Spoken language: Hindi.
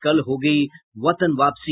कल होगी वतन वापसी